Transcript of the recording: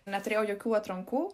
neturėjau jokių atrankų